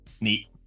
Neat